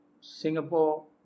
Singapore